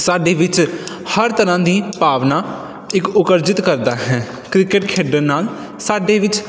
ਸਾਡੇ ਵਿੱਚ ਹਰ ਤਰ੍ਹਾਂ ਦੀ ਭਾਵਨਾ ਇੱਕ ਉਕਰਜਿਤ ਕਰਦਾ ਹੈ ਕ੍ਰਿਕਟ ਖੇਡਣ ਨਾਲ ਸਾਡੇ ਵਿੱਚ